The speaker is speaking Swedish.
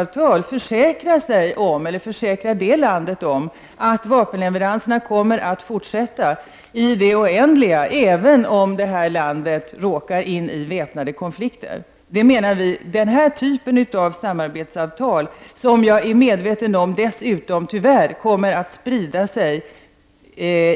Man försäkrar i samarbetsavtal det landet att vapenleveranser kommer att fortsätta i det oändliga, även om detta land råkar in i väpnade konflikter. Jag är medveten om att detta är en typ av samarbetsavtal som tyvärr kommer att sprida sig